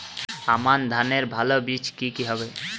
আমান ধানের ভালো বীজ কি কি হবে?